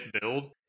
build